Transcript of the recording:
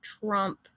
Trump